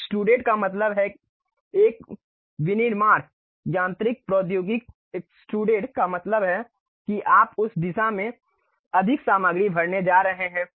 extrude का मतलब है एक विनिर्माण यांत्रिक प्रौद्योगिकी एक्सट्रूड का मतलब है कि आप उस दिशा में अधिक सामग्री भरने जा रहे हैं